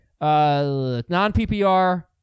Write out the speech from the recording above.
Non-PPR